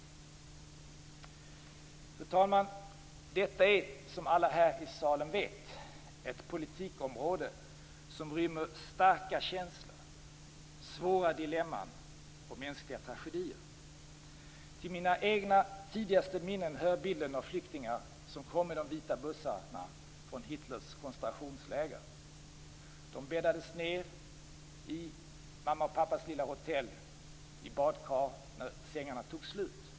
Fru talman! Detta är, som alla här i salen vet, ett politikområde som rymmer starka känslor, svåra dilemman och mänskliga tragedier. Till mina egna tidigaste minnen hör bilden av flyktingar som kom med de vita bussarna från Hitlers koncentrationsläger. De bäddades ned, i mammas och pappas lilla hotell, i badkar när sängarna tog slut.